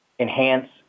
enhance